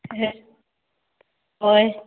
कितें हय